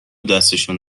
دستشون